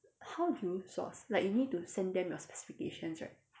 how do you source like you need to send them your specifications right